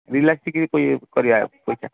relax ଟିକେ କରି କରିବା ପଇସା